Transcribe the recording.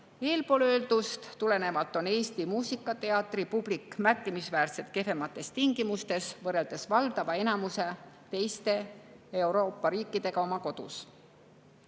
öeldust tulenevalt on Eesti muusikateatri publik märkimisväärselt kehvemates tingimustes, võrreldes valdava enamuse teiste Euroopa riikidega oma kodus.